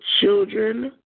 children